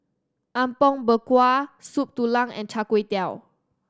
Apom Berkuah Soup Tulang and Char Kway Teow